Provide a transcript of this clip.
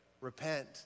Repent